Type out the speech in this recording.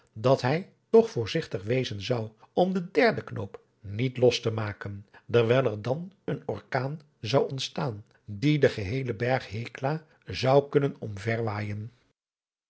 dat hij toch voorzigtig wezen zou om den derden knoop niet los te maken dewijl er dan een orkaan zou ontstaan die den geheelen berg hekla zou kunnen omver